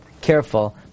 careful